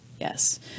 Yes